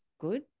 good